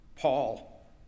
Paul